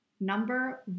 number